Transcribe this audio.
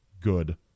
good